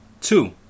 Two